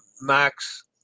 Max